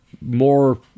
more